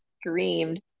screamed